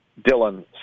Dylan